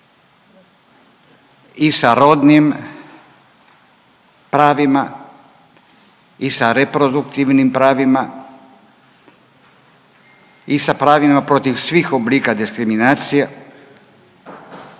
i sa rodnim pravima i sa reproduktivnim pravima i sa pravima protiv svih oblika diskriminacije